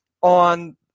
on